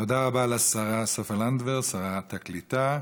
תודה רבה לשרה סופה לנדבר, שרת הקליטה.